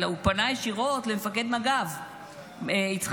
אלא הוא פנה ישירות למפקד מג"ב יצחק